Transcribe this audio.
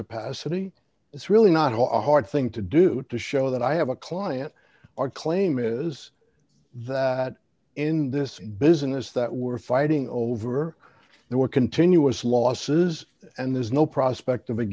capacity it's really not a hard thing to do to show that i have a client our claim is that in this business that we're fighting over there were continuous losses and there's no prospect of